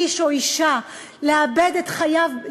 איש או אישה לאבד את חייו,